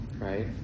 right